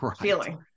feeling